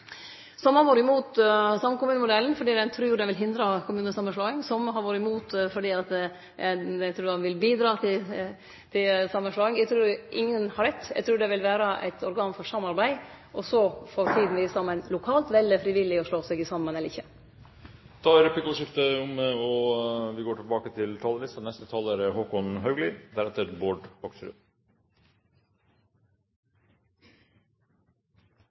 Somme har vore imot samkommunemodellen fordi ein trur han vil hindre kommunesamanslåing. Somme har vore imot fordi ein trur han vil bidrage til samanslåing. Eg trur ingen har rett. Eg trur det vil vere eit organ for samarbeid. Så får tida vise om ein lokalt vel frivillig å slå seg saman eller ikkje. Replikkordskiftet er omme. På de elleve fylkesreisene kommunal- og forvaltningskomiteen har vært på siden høsten 2009, har vi møtt mange, mange lokalpolitikere. De har hatt ulike ståsteder og